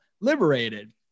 liberated